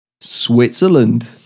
Switzerland